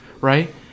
right